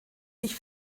sich